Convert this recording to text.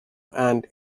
and